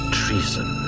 treason